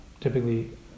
typically